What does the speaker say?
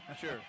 sure